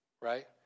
Right